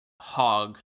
hog